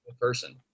person